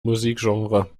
musikgenre